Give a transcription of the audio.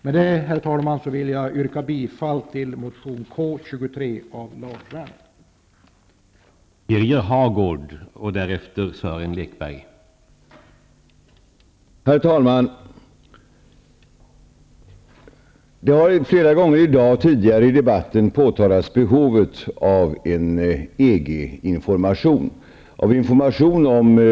Med detta, herr talman, vill jag yrka bifall till motion K23 av Lars Werner m.fl.